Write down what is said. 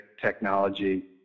technology